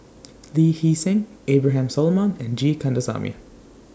Lee Hee Seng Abraham Solomon and G Kandasamy